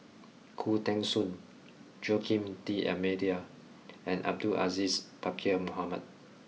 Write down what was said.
Khoo Teng Soon Joaquim D'almeida and Abdul Aziz Pakkeer Mohamed